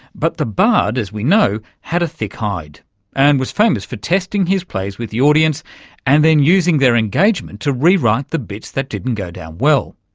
but the bard, as we know, had a thick hide and was famous for testing his plays with the audience and then using their engagement to rewrite the bits that didn't go down well.